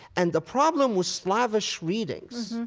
and the problem with slavish readings,